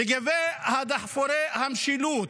לגבי דחפורי המשילות,